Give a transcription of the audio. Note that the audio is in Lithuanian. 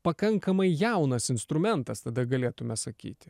pakankamai jaunas instrumentas tada galėtume sakyti